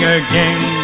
again